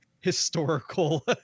historical